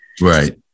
Right